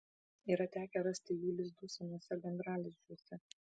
yra tekę rasti jų lizdų senuose gandralizdžiuose